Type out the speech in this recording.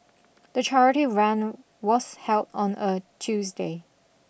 the charity run was held on a Tuesday